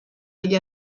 degli